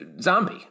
zombie